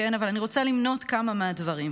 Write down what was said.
אבל אני רוצה למנות כמה מהדברים,